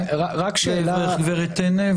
הגב' טנא,